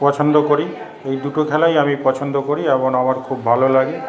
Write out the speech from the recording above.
পছন্দ করি এই দুটো খেলাই আমি পছন্দ করি এবং আমার খুব ভালো লাগে